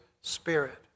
Spirit